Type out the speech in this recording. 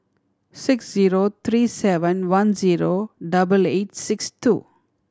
six zero three seven one zero double eight six two